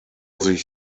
sich